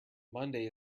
monday